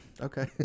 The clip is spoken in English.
Okay